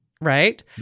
right